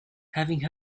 having